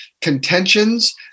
contentions